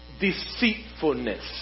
deceitfulness